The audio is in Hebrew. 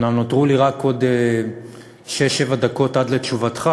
אומנם נותרו לי רק עוד שש-שבע דקות לתשובתך,